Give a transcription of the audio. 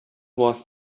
was